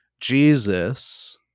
Jesus